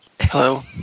hello